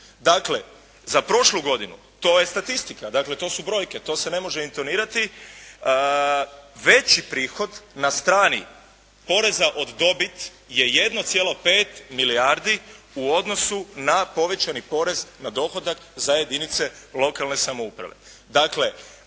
Dakle za prošlu godinu, to je statistika, dakle to su brojke, to se ne može intonirati. Veći prihod na strani poreza od dobiti je 1,5 milijardi u odnosu na povećani porez na dohodak za jedinice lokalne samouprave. Dakle